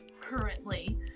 currently